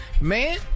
Man